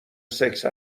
سکس